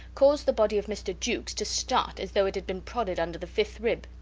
caused the body of mr. jukes to start as though it had been prodded under the fifth rib.